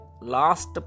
last